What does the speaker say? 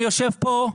אני יושב פה,